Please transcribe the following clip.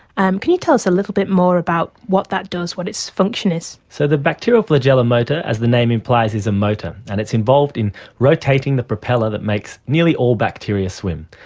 um can you tell us a little bit more about what that does, what its function is? so the bacterial flagellar motor, as the name implies, is a motor, and it's involved in rotating the propeller that makes nearly all bacteria swim.